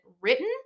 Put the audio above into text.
written